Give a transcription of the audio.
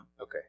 Okay